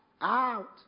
Out